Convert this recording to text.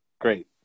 Great